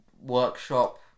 workshop